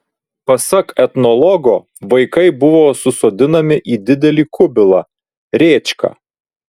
pasak etnologo vaikai buvo susodinami į didelį kubilą rėčką